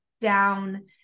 down